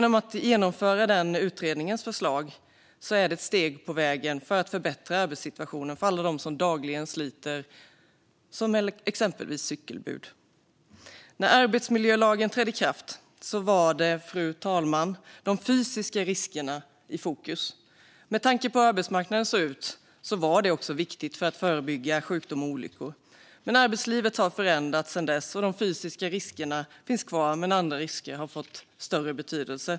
Att genomföra den utredningens förslag är ett steg på vägen mot att förbättra arbetssituationen för alla dem som dagligen sliter som exempelvis cykelbud. När arbetsmiljölagen trädde i kraft, fru talman, var de fysiska riskerna i fokus. Med tanke på hur arbetsmarknaden såg ut var det viktigt för att förebygga sjukdom och olyckor, men arbetslivet har förändrats sedan dess. De fysiska riskerna finns kvar, men andra risker har fått större betydelse.